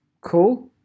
cool